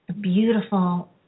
beautiful